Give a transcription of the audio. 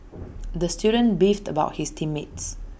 the student beefed about his team mates